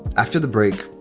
after the break,